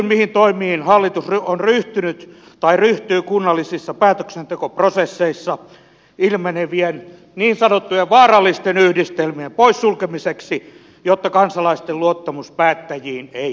mihin toimiin hallitus on ryhtynyt tai ryhtyy kunnallisissa päätöksentekoprosesseissa ilmenevien niin sanottujen vaarallisten yhdistelmien poissulkemiseksi jotta kansalaisten luottamus päättäjiin ei heikkenisi